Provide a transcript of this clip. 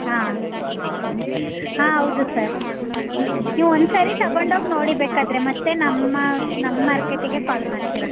ಹಾಂ ಹಾಂ ಹೌದು ಸರ್ ನೀವು ಒಂದು ಸಾರಿ ತಗೊಂಡೋಗಿ ನೋಡಿ ಬೇಕಾದರೆ ಮತ್ತೆ ನಮ್ಮ ನಮ್ಮ ಮಾರ್ಕೆಟಿಗೇ ಕಾಲ್ ಮಾಡ್ತೀರಾ